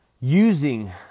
using